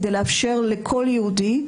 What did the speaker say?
כדי לאפשר לכל יהודי,